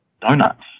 donuts